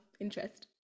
interest